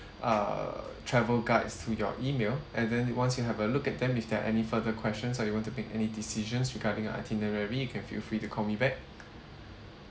uh travel guides to your email and then once you have a look at them if there are any further questions or you want to make any decisions regarding your itinerary you can feel free to call me back